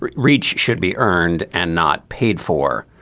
rich should be earned and not paid for.